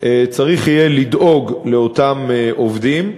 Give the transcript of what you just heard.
צריך יהיה לדאוג לאותם עובדים.